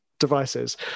devices